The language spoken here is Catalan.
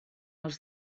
els